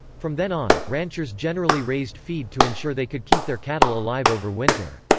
from then on, ranchers generally raised feed to ensure they could keep their cattle alive over winter.